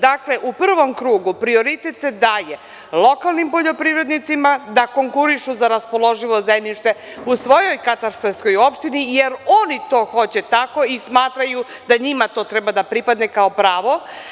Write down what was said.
Dakle, u prvom krugu prioritet se daje lokalnim poljoprivrednicima da konkurišu za raspoloživo zemljište u svojoj katastarskoj opštini jer oni to hoće tako i smatraju da njima to treba da pripadne kao pravo.